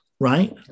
Right